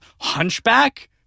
hunchback